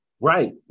Right